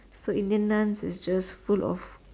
so Indian dance is just full of